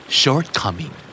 shortcoming